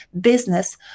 business